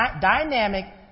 dynamic